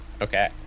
Okay